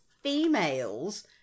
females